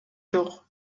жок